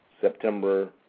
September